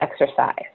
exercise